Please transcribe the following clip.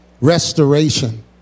restoration